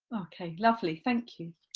lovely, thank you.